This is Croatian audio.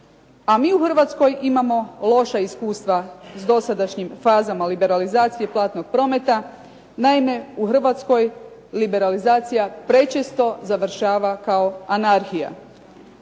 A mi u Hrvatskoj imamo loša iskustva s dosadašnjim fazama liberalizacije platnog prometa. Naime u Hrvatskoj liberalizacija prečesto završava kao anarhija.